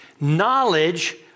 Knowledge